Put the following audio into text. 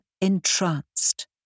entranced